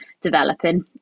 developing